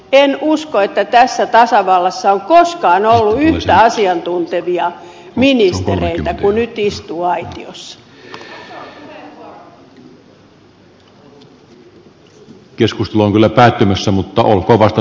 en usko että tässä tasavallassa on koskaan ollut yhtä asiantuntevia miehistöineen huivikki satua eli as ministereitä kuin nyt istuu aitiossa